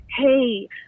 Hey